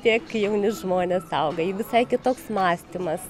tiek jauni žmonės auga ji visai kitoks mąstymas